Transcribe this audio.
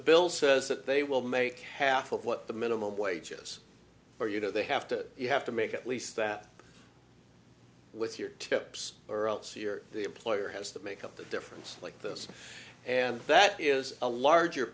bill says that they will make half of what the minimum wages are you know they have to you have to make at least that with your tips or else your employer has to make up the difference like this and that is a larger